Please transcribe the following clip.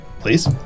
Please